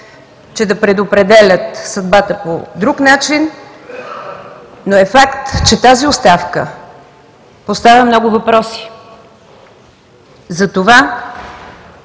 че да предопределят съдбата по друг начин, но е факт, че тази оставка поставя много въпроси за това